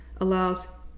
allows